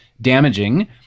damaging